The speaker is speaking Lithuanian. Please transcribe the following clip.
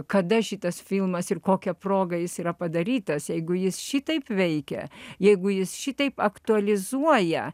kada šitas filmas ir kokia proga jis yra padarytas jeigu jis šitaip veikia jeigu jis šitaip aktualizuoja